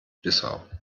bissau